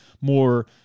more